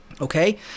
okay